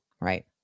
right